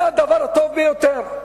זה הדבר הטוב ביותר.